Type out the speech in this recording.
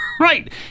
Right